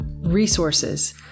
resources